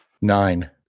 Nine